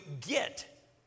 get